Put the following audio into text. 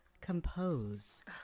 compose